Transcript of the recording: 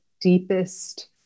deepest